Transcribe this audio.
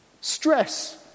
Stress